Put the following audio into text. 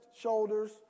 shoulders